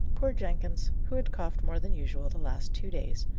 poor jenkins, who had coughed more than usual the last two days,